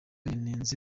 yanenze